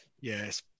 Yes